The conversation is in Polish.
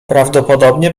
prawdopodobnie